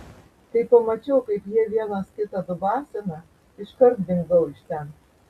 kai pamačiau kaip jie vienas kitą dubasina iškart dingau iš ten